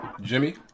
jimmy